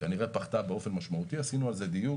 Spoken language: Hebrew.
כנראה פחת באופן משמעותי עשינו על זה דיוק,